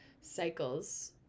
cycles